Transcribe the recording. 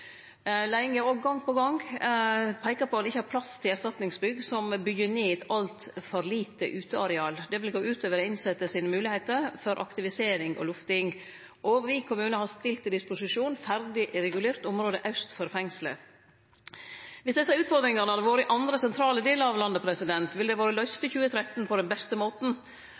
på gong peika på at ein ikkje har plass til erstatningsbygg som byggjer ned eit altfor lite uteareal. Det vil gå ut over dei innsette sine moglegheiter for aktivisering og lufting. Og Vik kommune har stilt til disposisjon ferdig regulert område aust for fengselet. Viss desse utfordringane hadde vore i andre, sentrale delar av landet, ville dei ha vore løyste på den beste måten